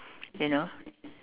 you know